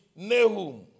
nehum